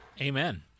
Amen